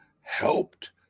helped